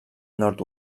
nord